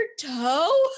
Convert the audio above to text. toe